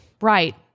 right